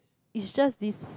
it's just this